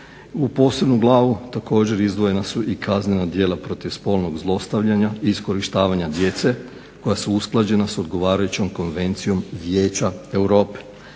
U posebnu glavu također izdvojena su i kazna djela protiv spolnog zlostavljanja i iskorištavanja djece koja su usklađena s odgovarajućom konvencijom Vijeća Europe.